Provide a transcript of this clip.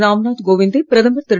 ராம்நாத் கோவிந்தை பிரதமர் திரு